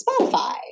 Spotify